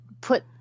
put